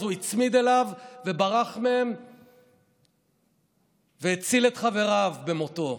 אז הוא הצמיד אליו וברח מהם והציל את חבריו במותו.